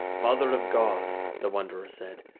mother of god, the wanderer said,